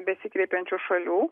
besikreipiančių šalių